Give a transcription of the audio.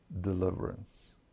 deliverance